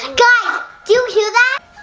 and you hear that?